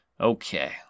Okay